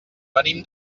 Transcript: venim